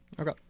Okay